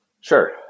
Sure